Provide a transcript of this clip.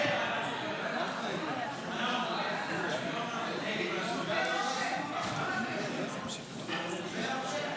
להעביר לוועדה את הצעת חוק-יסוד: הממשלה (תיקון,